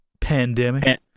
pandemic